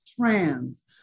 trans